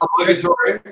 Obligatory